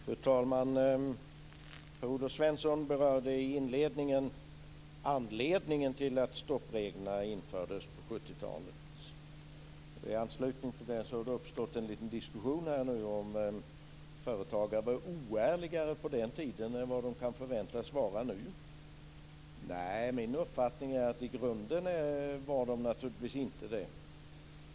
Fru talman! Per-Olof Svensson berörde i sin inledning anledningen till att stoppreglerna infördes på 70-talet. I anslutning till det har det uppstått en liten diskussion här om företagare var oärligare på den tiden än de kan förväntas vara nu. Min uppfattning är att de i grunden naturligtvis inte var det.